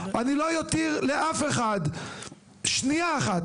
אני לא אותיר לאף אחד שנייה אחת,